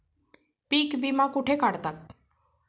पीक विमा कुठे काढतात?